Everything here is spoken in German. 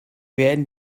werden